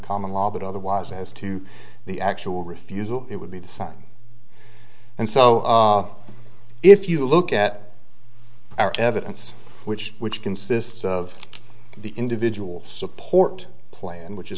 common law but otherwise as to the actual refusal it would be the sign and so if you look at our evidence which which consists of the individual support plan which is